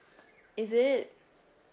is it